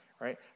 right